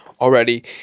already